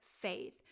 faith